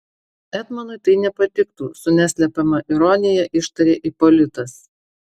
etmonui tai nepatiktų su neslepiama ironija ištarė ipolitas